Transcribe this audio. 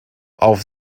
auf